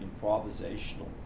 improvisational